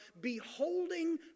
beholding